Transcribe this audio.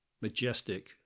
majestic